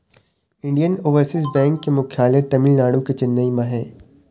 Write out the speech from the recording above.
Indian overseas bank के मुख्यालय तमिलनाडु के चेन्नई म हे